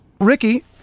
Ricky